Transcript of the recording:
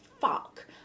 fuck